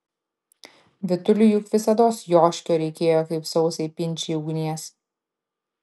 vytuliui juk visados joškio reikėjo kaip sausai pinčiai ugnies